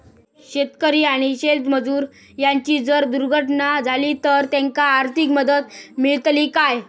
शेतकरी आणि शेतमजूर यांची जर दुर्घटना झाली तर त्यांका आर्थिक मदत मिळतली काय?